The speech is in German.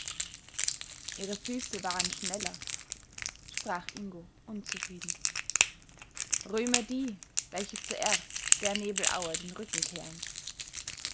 ihre füße waren schneller sprach ingo unzufrieden rühme die welche zuerst der nebelaue den rücken kehren